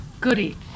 Goody